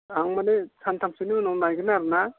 आं माने सानथामसोनि उनाव नायगोन आरो ना